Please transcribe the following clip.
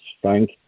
Frank